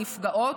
הנפגעות,